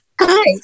Hi